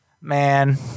Man